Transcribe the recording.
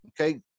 okay